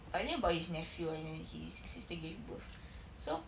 I think about his nephew lah his sister gave birth so